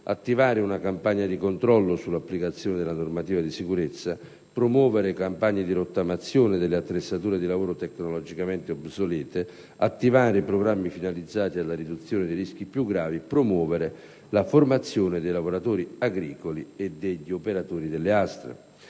attivare una campagna di controllo sulla applicazione della normativa di sicurezza; promuovere campagne di rottamazione delle attrezzature di lavoro tecnologicamente obsolete; attivare programmi finalizzati alla riduzione dei rischi più gravi; promuovere la formazione dei lavoratori agricoli e degli operatori delle ASL .